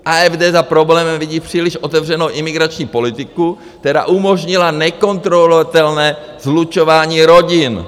AfD za problémem vidí příliš otevřenou imigrační politiku, která umožnila nekontrolovatelné slučování rodin.